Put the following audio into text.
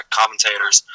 commentators